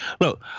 Look